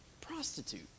prostitute